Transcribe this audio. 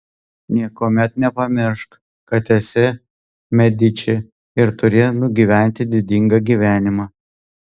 niekuomet nepamiršk kad esi mediči ir turi nugyventi didingą gyvenimą